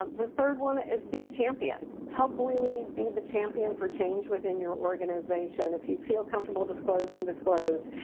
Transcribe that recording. um the third one is be a champion. help really be the champion for change within your organization. if you feel comfortable disclosing, disclose.